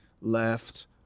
left